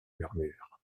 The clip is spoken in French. murmures